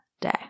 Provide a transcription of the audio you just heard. day